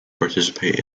participate